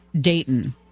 Dayton